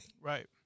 Right